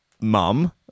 mum